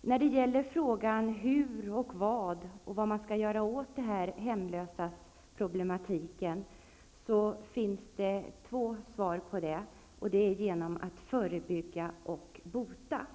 Det finns två svar på frågan om vad man skall göra åt de hemlösas problem: genom att förebygga och bota.